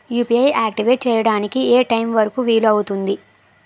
UPI activate చెయ్యడానికి ఏ time వరుకు వీలు అవుతుంది?